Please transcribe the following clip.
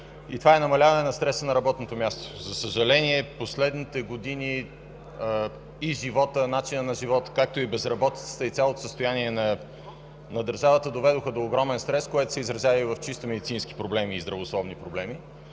Това е намаляване на стреса на работното място. За съжаление последните години начинът на живот, безработицата и цялостното състояние на държавата доведоха до огромен стрес, което се изразява и в чисто медицински здравословни проблеми.